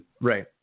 Right